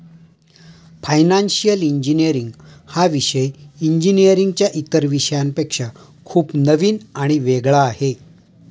financial engineering हा विषय इंजिनीअरिंगच्या इतर विषयांपेक्षा खूप नवीन आणि वेगळा आहे